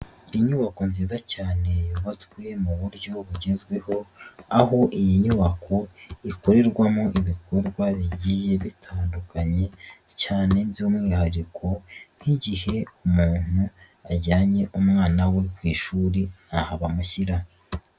Inyubako nziza cyane yubatswe mu buryo bugezweho, aho iyi nyubako ikorerwamo ibikorwa bigiye bitandukanye cyane by'umwihariko nk'igihe umuntu ajyanye umwana we ku ishuri ni aha bamushyira.